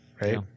right